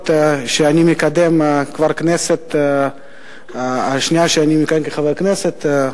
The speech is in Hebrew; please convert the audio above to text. שאני מקדם מאז שאני מכהן כחבר כנסת,